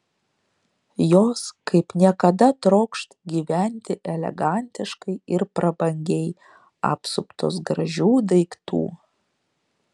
jos kaip niekada trokš gyventi elegantiškai ir prabangiai apsuptos gražių daiktų